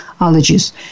allergies